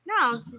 No